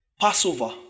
Passover